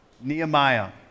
Nehemiah